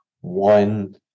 one